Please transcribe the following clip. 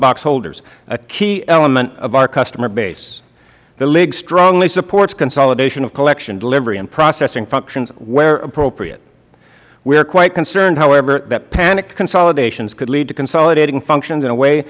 box holders a key element of our customer base the league strongly supports consolidation of collection delivery and processing functions where appropriate we are quite concerned however that panicked consolidations could lead to consolidating functions in a way